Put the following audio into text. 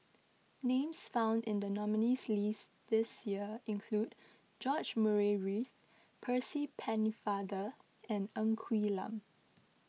names found in the nominees' list this year include George Murray Reith Percy Pennefather and Ng Quee Lam